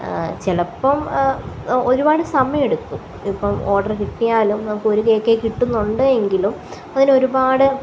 ചിലപ്പം ഒരുപാട് സമയമെടുക്കും ഇപ്പം ഓഡറ് കിട്ടിയാലും നമുക്കൊര് കേക്കേ കിട്ടുന്നുണ്ടെ എങ്കിലും അതിലൊരുപാട്